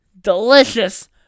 Delicious